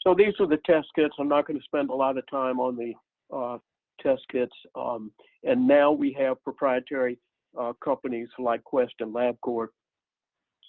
so these are the test kits. i'm not going to spend a lot of time on the test kits and now we have proprietary companies like west and labcorps